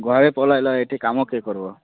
ଘରେ ପଲାଇଲ ଏଠି କାମ କିଏ କରବ